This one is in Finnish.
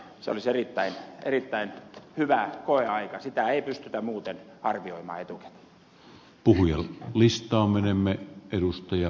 se olisi erittäin hyvä se koeaika sitä ei pystytä muuten arvioimaan etukäteen